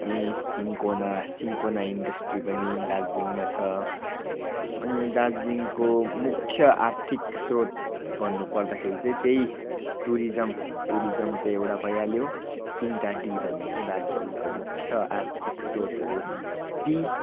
अनि cinchona cinchona industry पनि दार्जिलिङमा छ अनि दार्जिलिङको मुख्य आर्थिक स्रोत भन्नु पर्दाखेरि चाहिँ त्यही टुरिज्म टुरिज्म त्यो एउटा भइहाल्यो तिनटा टी भनिन्छ दार्जिलिङको मुख्य आर्थिक स्रोतहरू टी